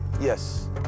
Yes